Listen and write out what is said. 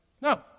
No